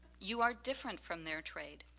you are different from their trade.